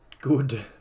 good